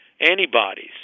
antibodies